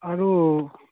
আৰু